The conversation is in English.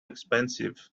expensive